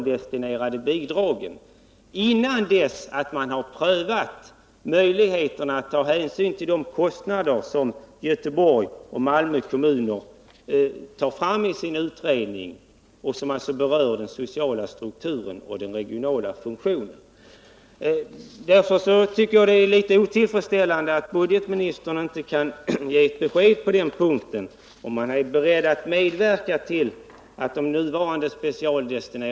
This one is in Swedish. Herr talman! Riksdagen kommer inför nästa budgetår att i vanlig ordning fatta beslut om anslagen till kommunerna. Det är i detta sammanhang som det är betydelsefullt att man får en totalekonomisk bild av de olika beslut som riksdagen kan komma att fatta när det gäller de här kommunerna. Inte minst gäller detta de specialdestinerade bidragen. I dag hyser man, som sagt, en mycket stark oro för att regeringen framlägger förslag om indragningar av de specialdestinerade bidragen, innan man har prövat möjligheterna att ta hänsyn till de kostnader som Göteborg och Malmö kommuner tar fram i sin utredning och som alltså berör den sociala strukturen och den regionala funktionen.